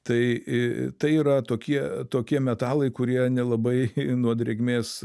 tai tai yra tokie tokie metalai kurie nelabai nuo drėgmės